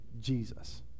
Jesus